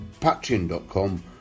patreon.com